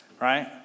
right